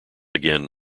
again